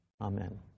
Amen